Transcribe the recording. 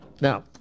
Now